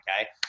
okay